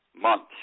months